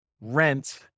rent